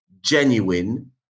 genuine